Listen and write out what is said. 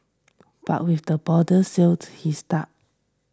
but with the borders sealed he is stuck